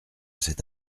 cette